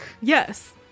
Yes